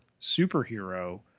superhero